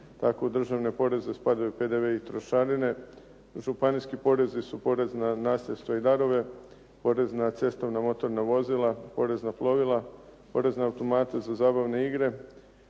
tako državne poreze spadaju PDV i trošarine, županijski porezi su porezi na nasljedstvo i darove, porez na cestovna motorna vozila, porezna plovila, porez na cestovna motorna